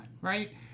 right